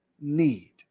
need